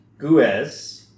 Guez